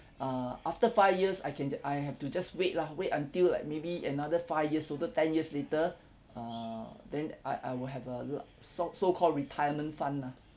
uh after five years I can ju~ I have to just wait lah wait until like maybe another five years total ten years later err then I I will have a l~ so so called retirement fund ah